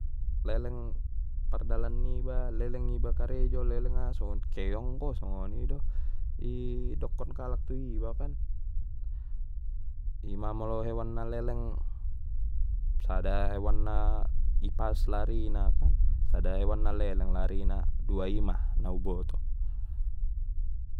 Leleng pardalan niba leleng iba karejo leleng iba aha songon keong ko songon ni do idokkon kalak tu iba, ima molo hewan na leleng sada hewan na ipas lari na kan sada hewan na leleng larina dua ima na u boto.